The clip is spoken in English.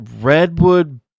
redwood